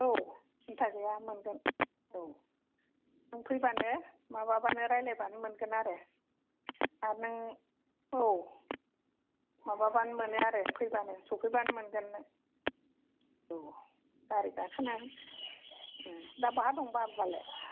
औ सिन्था गैया मोनगोन औ नों फैबानो माबाबानो मोनगोन आरो आर नों औ माबा बानो मोनो आरो फैबानो सफैबानो मोनगोन नों औ गारि गाखोनानै दा बहा दं बाबुआलाय